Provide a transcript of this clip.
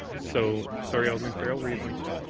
so, sorry, alderman farrell, were you going to?